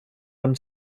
one